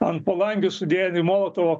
ant palangių sudėti molotovo